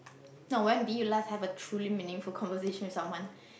now when did you like have a truly meaningful conversation with someone